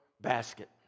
basket